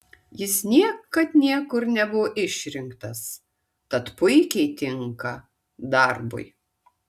jis niekad niekur nebuvo išrinktas tad puikiai tinka darbui